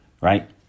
Right